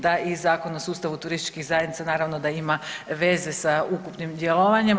Da i Zakon o sustavu turističkih zajednica naravno da ima veze sa ukupnim djelovanjem.